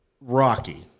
Rocky